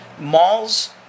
malls